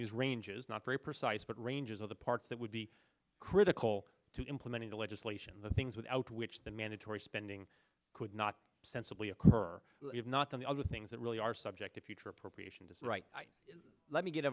these ranges not very precise but ranges of the parts that would be critical to implementing the legislation the things without which the mandatory spending could not sensibly occur not on the other things that really are subject to future appropriations just right let me get